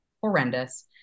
horrendous